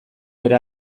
bere